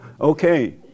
Okay